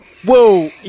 Whoa